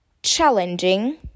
Challenging